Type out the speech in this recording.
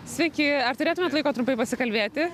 sveiki ar turėtumėt laiko trumpai pasikalbėti